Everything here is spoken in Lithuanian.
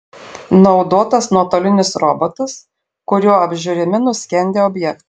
naudotas nuotolinis robotas kuriuo apžiūrimi nuskendę objektai